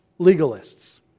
legalists